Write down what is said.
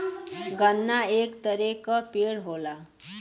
गन्ना एक तरे क पेड़ होला